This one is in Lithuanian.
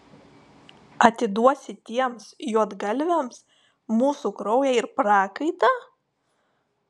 atiduosi tiems juodgalviams mūsų kraują ir prakaitą